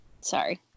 Sorry